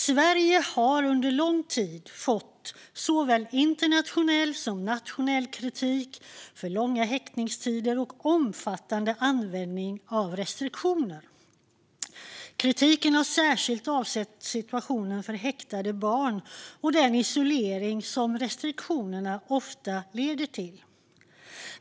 Sverige har under lång tid fått såväl internationell som nationell kritik för långa häktningstider och omfattande användning av restriktioner. Kritiken har särskilt avsett situationen för häktade barn och den isolering som restriktionerna ofta leder till.